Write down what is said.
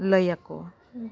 ᱞᱟᱹᱭ ᱟᱠᱚᱣᱟ